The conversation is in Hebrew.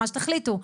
מה שתחליטו.